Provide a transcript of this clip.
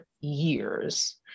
years